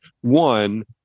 One